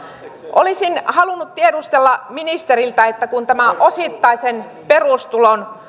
olisin halunnut tiedustella ministeriltä kun tämä osittaisen perustulon